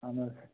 اہَن حظ